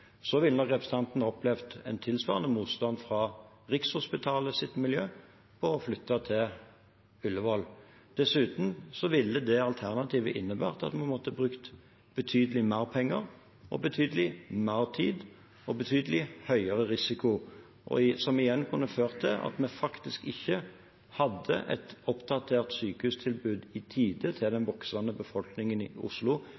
representanten oppleve en tilsvarende motstand fra Rikshospitalets miljø mot å flytte til Ullevål. Dessuten ville det alternativet innebære at vi måtte bruke betydelig mer penger og betydelig mer tid og ta betydelig høyere risiko, som igjen kunne ført til at vi faktisk ikke hadde et oppdatert sykehustilbud i tide til den voksende befolkningen i Oslo,